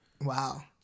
Wow